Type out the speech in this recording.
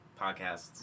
podcasts